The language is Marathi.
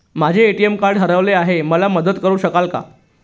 माझे ए.टी.एम कार्ड हरवले आहे, मला मदत करु शकाल का?